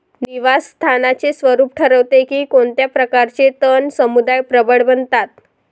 निवास स्थानाचे स्वरूप ठरवते की कोणत्या प्रकारचे तण समुदाय प्रबळ बनतात